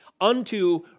unto